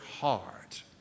heart